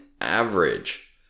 average